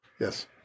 Yes